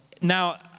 Now